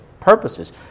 purposes